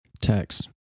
text